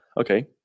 okay